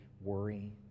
worry